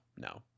no